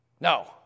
no